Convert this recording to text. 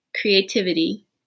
creativity